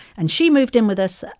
and she moved in with us,